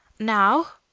now,